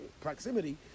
proximity